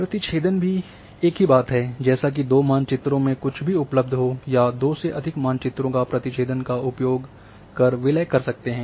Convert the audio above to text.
प्रतिछेदन भी एक ही बात है जैसा कि जो दो मानचित्र में कुछ भी उपलब्ध हो या दो से अधिक मानचित्रों का प्रतिछेदन का उपयोग कर विलय कर सकते हैं